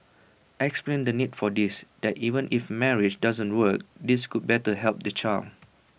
explain the need for this that even if marriage doesn't work this could better help the child